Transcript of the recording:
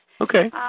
Okay